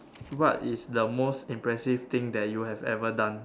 what is the most impressive thing that you have ever done